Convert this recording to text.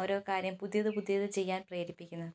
ഓരോ കാര്യം പുതിയത് പുതിയത് ചെയ്യാൻ പ്രേരിപ്പിക്കുന്നത്